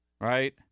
right